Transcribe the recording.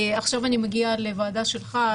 עכשיו אני מגיעה לוועדה שלך,